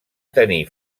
tenir